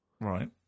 Right